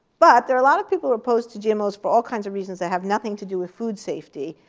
but there are a lot of people who are opposed to gmos for all kinds of reasons that have nothing to do with food safety.